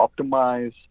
optimize